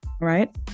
right